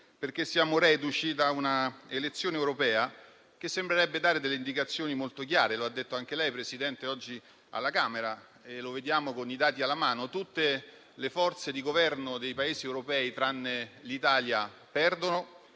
perché siamo reduci da una elezione europea che sembrerebbe dare delle indicazioni molto chiare. Lo ha detto anche lei, presidente Meloni, oggi alla Camera e lo vediamo con i dati alla mano: tutte le forze di Governo dei Paesi europei, tranne l'Italia, perdono,